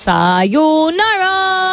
Sayonara